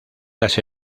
las